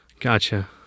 Gotcha